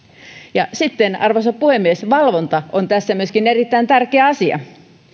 ja sitten arvoisa puhemies myöskin valvonta on tässä erittäin tärkeä asia